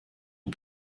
ans